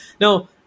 Now